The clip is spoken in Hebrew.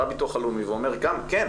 ובא הביטוח הלאומי אומר 'כן,